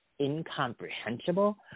incomprehensible